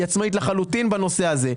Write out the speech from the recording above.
היא עצמאית לחלוטין בנושא הזה.